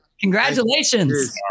Congratulations